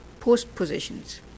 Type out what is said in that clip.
postpositions